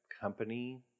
company